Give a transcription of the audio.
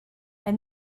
and